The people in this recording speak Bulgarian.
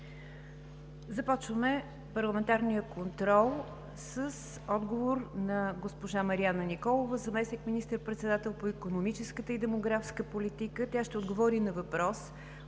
Започваме парламентарния контрол с отговор на госпожа Марияна Николова – заместник министър-председател по икономическата и демографската политика. Тя ще отговори на въпрос